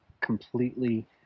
completely